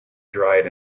dried